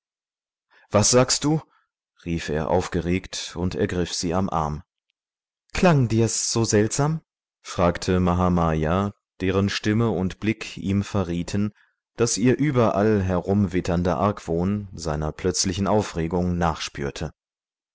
was sagst du rief er aufgeregt und ergriff sie am arm klang's dir so seltsam fragte mahamaya deren stimme und blick ihm verrieten daß ihr überall herumwitternder argwohn seiner plötzlichen aufregung nachspürte